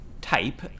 type